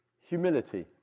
humility